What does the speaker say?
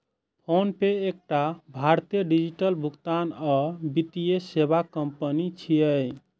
PhonePe एकटा भारतीय digital भुगतान आ वित्तीय सेवा कंपनी छियै